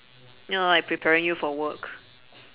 ya lah like preparing you for work